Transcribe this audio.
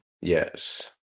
Yes